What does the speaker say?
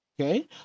okay